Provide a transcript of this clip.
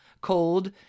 cold